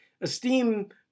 esteem